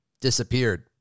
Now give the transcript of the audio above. disappeared